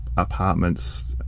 Apartments